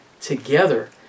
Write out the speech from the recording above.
together